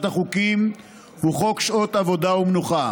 החוקים הוא חוק שעות עבודה ומנוחה.